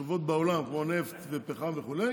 החשובות בעולם, כמו נפט, פחם וכו'